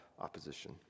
opposition